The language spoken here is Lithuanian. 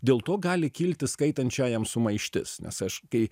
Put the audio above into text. dėl to gali kilti skaitančiajam sumaištis nes aš kai